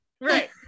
Right